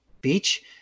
beach